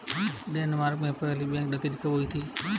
Denmark में पहली bank डकैती कब हुई थी?